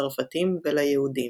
לצרפתים וליהודים.